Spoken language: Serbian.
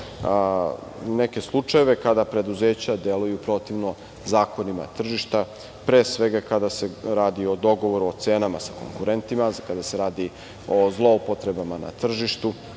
neke slučajeve kada preduzeća deluju protivno zakonima tržišta, pre svega kada se radi o dogovoru o cenama sa konkurentima, kada se radi o zloupotrebama na tržištu,